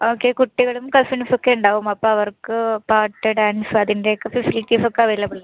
okay കുട്ടികളും കസിൻസൊക്കെയുണ്ടാവും അപ്പോൾ അവർക്ക് പാട്ട് ഡാൻസ് അതിൻ്റെക്കെ ഫെസിലിറ്റീസൊക്കെ അവൈലബിളല്ലേ